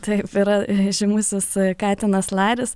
taip yra žymusis katinas laris